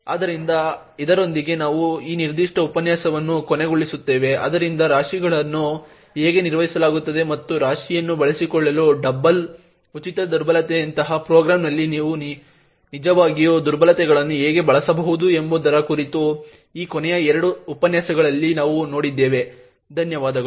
ಆದ್ದರಿಂದ ಇದರೊಂದಿಗೆ ನಾವು ಈ ನಿರ್ದಿಷ್ಟ ಉಪನ್ಯಾಸವನ್ನು ಕೊನೆಗೊಳಿಸುತ್ತೇವೆ ಆದ್ದರಿಂದ ರಾಶಿಗಳನ್ನು ಹೇಗೆ ನಿರ್ವಹಿಸಲಾಗುತ್ತದೆ ಮತ್ತು ರಾಶಿಯನ್ನು ಬಳಸಿಕೊಳ್ಳಲು ಡಬಲ್ ಉಚಿತ ದುರ್ಬಲತೆಯಂತಹ ಪ್ರೋಗ್ರಾಂನಲ್ಲಿ ನೀವು ನಿಜವಾಗಿಯೂ ದುರ್ಬಲತೆಗಳನ್ನು ಹೇಗೆ ಬಳಸಬಹುದು ಎಂಬುದರ ಕುರಿತು ಈ ಕೊನೆಯ ಎರಡು ಉಪನ್ಯಾಸಗಳಲ್ಲಿ ನಾವು ನೋಡಿದ್ದೇವೆ ಧನ್ಯವಾದಗಳು